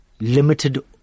limited